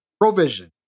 Provision